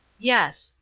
yes,